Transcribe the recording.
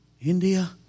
India